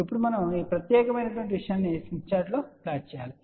ఇప్పుడు మనం ఈ ప్రత్యేకమైన విషయాన్ని స్మిత్ చార్టులో ప్లాట్ చేయాలి